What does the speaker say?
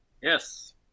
Yes